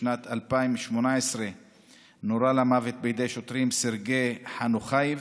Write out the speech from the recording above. בשנת 2018 נורה למוות בידי שוטרים סרגיי חנוכייב,